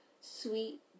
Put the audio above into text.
sweet